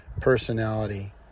personality